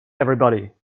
everybody